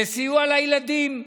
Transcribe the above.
זה סיוע לילדים,